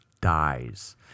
dies